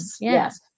Yes